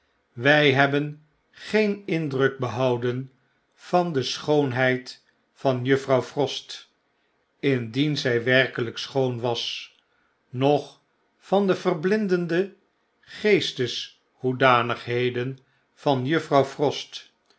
wy hebben geen indruk behouden van de schoonheid van juffrouw frost indien zy werkelyk schoon was noch van de verblindende geesteshoedanigheden van juffrouw frost